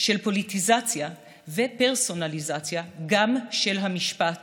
של פוליטיזציה ופרסונליזציה גם של המשפט